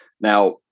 Now